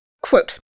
Quote